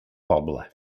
poble